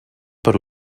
per